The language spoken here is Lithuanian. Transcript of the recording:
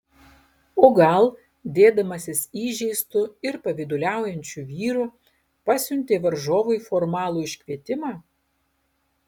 o gal dėdamasis įžeistu ir pavyduliaujančiu vyru pasiuntė varžovui formalų iškvietimą